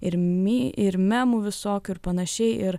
ir mi ir memų visokių ir panašiai ir